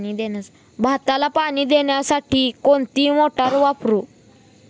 भाताला पाणी देण्यासाठी कोणती मोटार वापरू?